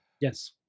Yes